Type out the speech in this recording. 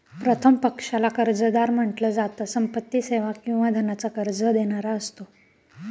प्रथम पक्षाला कर्जदार म्हंटल जात, संपत्ती, सेवा किंवा धनाच कर्ज देणारा असतो